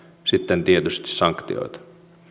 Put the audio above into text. sitten tietysti sanktioita